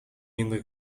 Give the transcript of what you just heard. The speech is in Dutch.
minder